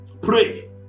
Pray